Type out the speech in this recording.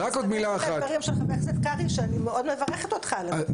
אמרתי בתחילת הדברים של חה"כ קרעי שאני מאד מברכת אותך על זה.